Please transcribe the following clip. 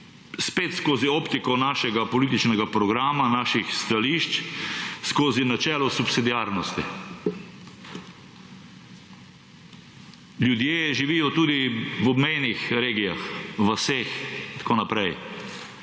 spet skozi optiko našega političnega programa, naših stališč, skozi načelo subsidiarnosti. Ljudje živijo tudi v obmejnih regijah, vaseh, tako naprej.